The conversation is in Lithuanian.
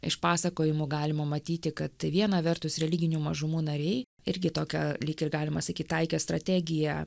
iš pasakojimų galima matyti kad viena vertus religinių mažumų nariai irgi tokią lyg ir galima sakyt taikė strategiją